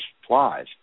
supplies